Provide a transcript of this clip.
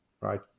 right